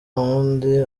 wundi